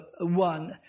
one